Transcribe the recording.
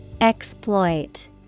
Exploit